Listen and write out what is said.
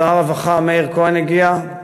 שר הרווחה מאיר כהן הגיע,